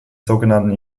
sogenannten